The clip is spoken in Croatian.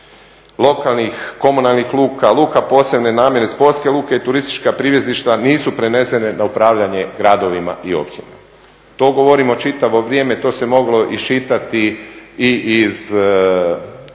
lokalnih, komunalnih luka, luka posebne namjene, sportske luke i turistička privezišta nisu prenesene na upravljanje gradovima i općinama. To govorimo čitavo vrijeme, to se moglo iščitati i iz